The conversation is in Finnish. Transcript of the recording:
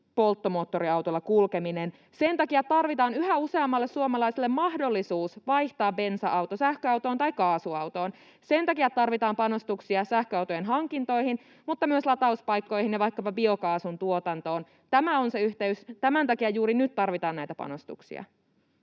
polttomoottoriautolla kulkeminen. Sen takia tarvitaan yhä useammalle suomalaiselle mahdollisuus vaihtaa bensa-auto sähköautoon tai kaasuautoon. Sen takia tarvitaan panostuksia sähköautojen hankintoihin mutta myös latauspaikkoihin ja vaikkapa biokaasun tuotantoon. Tämä on se yhteys. Tämän takia juuri nyt tarvitaan näitä panostuksia.